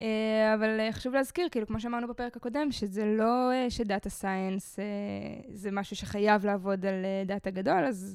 אבל חשוב להזכיר, כמו שאמרנו בפרק הקודם, שזה לא שדאטה סאיינס זה משהו שחייב לעבוד על דאטה גדול, אז...